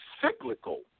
cyclical